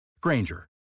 Granger